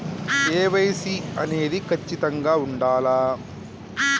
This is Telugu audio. కే.వై.సీ అనేది ఖచ్చితంగా ఉండాలా?